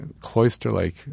cloister-like